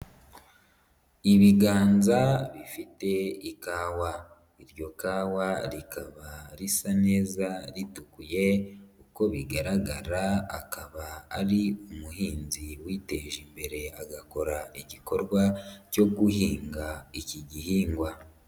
Ibiganza bifite ikawa, iryo kawa rikaba risa neza ritukuye, uko bigaragara akaba ari umuhinzi witeje imbere agakora igikorwa cyo guhinga iki gihingwa.